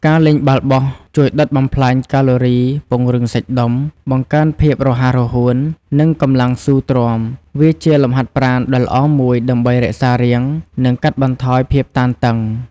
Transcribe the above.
ការលេងបាល់បោះជួយដុតបំផ្លាញកាឡូរី ពង្រឹងសាច់ដុំ បង្កើនភាពរហ័សរហួន និងកម្លាំងស៊ូទ្រាំ វាជាលំហាត់ប្រាណដ៏ល្អមួយដើម្បីរក្សារាង និងកាត់បន្ថយភាពតានតឹង។